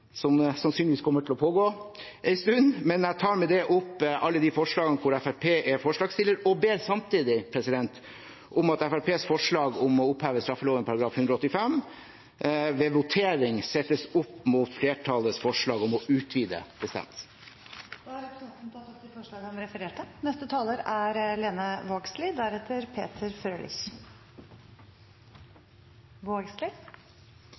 som sannsynligvis kommer til å pågå en stund, men jeg tar med dette opp alle de forslagene der Fremskrittspartiet er forslagstiller, og ber samtidig om at Fremskrittspartiets forslag om å oppheve straffeloven § 185 ved voteringen settes opp mot flertallets forslag om å utvide bestemmelsen. Representanten Per-Willy Amundsen har tatt opp de forslagene han refererte til. Eg vil starte med å takke saksordføraren for eit godt arbeid og er